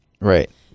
Right